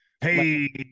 Hey